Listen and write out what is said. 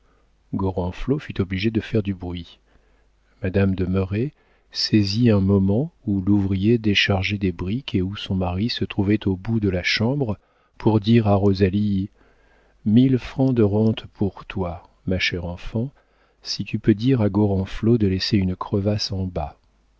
gorenflot fut obligé de faire du bruit madame de merret saisit un moment où l'ouvrier déchargeait des briques et où son mari se trouvait au bout de la chambre pour dire à rosalie mille francs de rente pour toi ma chère enfant si tu peux dire à gorenflot de laisser une crevasse en bas